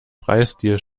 freistil